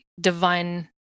divine